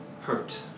hurt